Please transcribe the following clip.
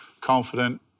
confident